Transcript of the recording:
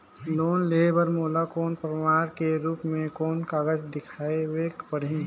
Loan लेहे बर मोला प्रमाण के रूप में कोन कागज दिखावेक पड़ही?